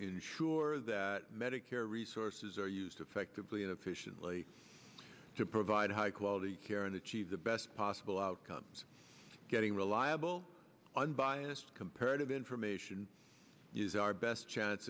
ensure that medicare resources are used effectively and efficiently to provide high quality care and achieve the best possible outcomes getting reliable unbiased comparative information is our best chance